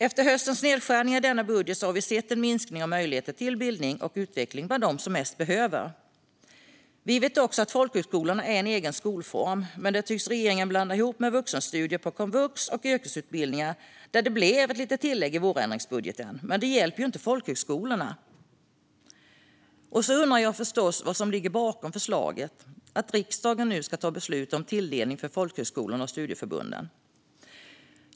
Efter höstens nedskärningar i denna budget har vi sett en minskning av möjligheter till bildning och utveckling för dem som mest behöver det. Vi vet också att folkhögskolorna är en egen skolform. Men regeringen tycks blanda ihop det med vuxenstudier på komvux och yrkesutbildningar. Där blev det ett litet tillägg i vårändringsbudgeten, men det hjälper inte folkhögskolorna. Jag undrar förstås vad som ligger bakom förslaget om att riksdagen nu ska ta beslut om tilldelningen för folkhögskolorna och studieförbunden.